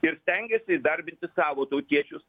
ir stengiasi įdarbinti savo tautiečius